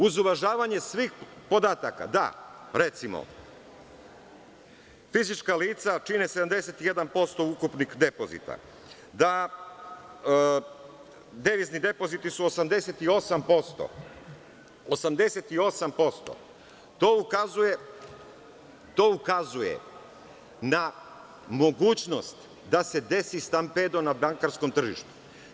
Uz uvažavanje svih podataka da, recimo, fizička lica čine 71% ukupnih depozita, da su devizni depoziti 88%, to ukazuje na mogućnost da se desi stampedo na bankarskom tržištu.